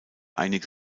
einige